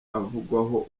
avugwaho